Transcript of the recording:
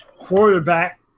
quarterback